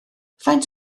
faint